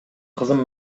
кызым